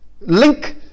link